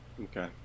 Okay